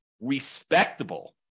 respectable